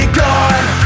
gone